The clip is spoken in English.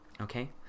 okay